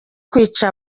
kwica